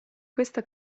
questa